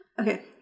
okay